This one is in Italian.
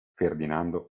ferdinando